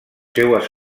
seues